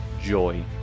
joy